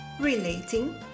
Relating